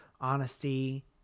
honesty